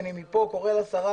אני מכאן קורא לשרה,